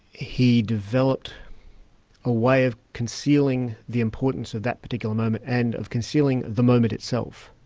he developed a way of concealing the importance of that particular moment, and of concealing the moment itself,